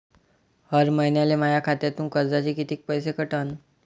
हर महिन्याले माह्या खात्यातून कर्जाचे कितीक पैसे कटन?